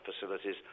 facilities